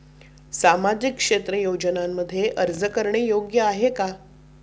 सामाजिक क्षेत्र योजनांमध्ये अर्ज करणे योग्य आहे का?